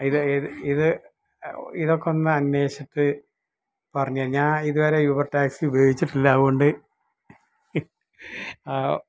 ഇതൊക്കെ ഒന്ന് അന്നേഷ്ച്ചിട്ട് പറഞ്ഞേ ഞാൻ ഇതുവരെ യൂബര് ടാക്സി ഉപയോഗിച്ചിട്ടില്ല അത് കൊണ്ട്